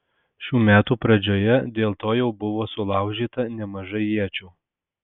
šių metų pradžioje dėl to jau buvo sulaužyta nemažai iečių